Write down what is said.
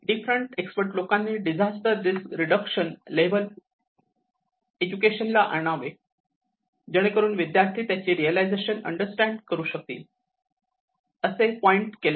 different expert लोकांनी disaster risk reduction level education ला आणावे जेणेकरून विद्यार्थी त्याचे रीलायझेशन अंडरस्टँड करू शकतील असे पॉईंट केले आहे